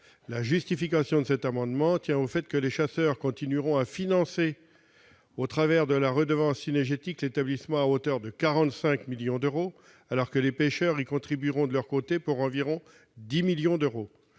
La justification de cet amendement tient au fait que les chasseurs continueront de financer l'établissement, au travers de la redevance cynégétique, à hauteur de 45 millions d'euros, tandis que les pêcheurs contribueront de leur côté pour environ 10 millions d'euros.